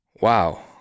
Wow